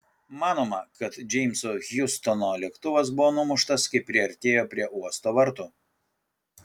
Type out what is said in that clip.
manoma kad džeimso hjustono lėktuvas buvo numuštas kai priartėjo prie uosto vartų